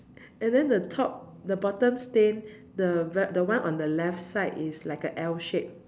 and then the top the bottom stain the v~ one on the left side is like a L shape